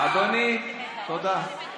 אדוני, תודה.